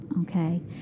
okay